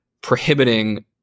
prohibiting